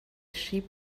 sheep